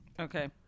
okay